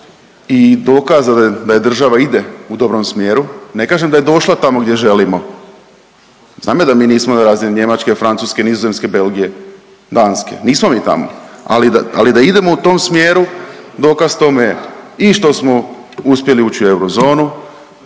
i dokaza da država ide u dobrom smjeru, ne kažem da je došla tamo gdje želimo, znam ja da mi nismo na razini Njemačke, Francuske, Nizozemske, Belgije, Danske nismo mi tamo, ali da idemo u tom smjeru dokaz tome i to što smo uspjeli ući u eurozonu,